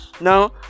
now